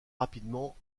rapidement